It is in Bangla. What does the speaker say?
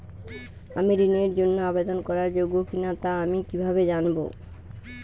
আমি ঋণের জন্য আবেদন করার যোগ্য কিনা তা আমি কীভাবে জানব?